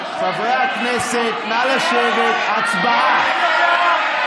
חברי הכנסת, נא לשבת, הצבעה.